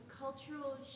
Cultural